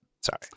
sorry